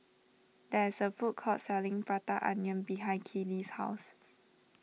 there is a food court selling Prata Onion behind Keely's house